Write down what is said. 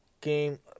game